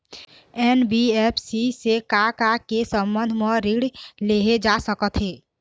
NBFC से का का के संबंध म ऋण लेहे जा सकत हे?